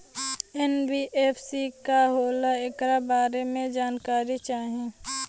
NBFC का होला ऐकरा बारे मे जानकारी चाही?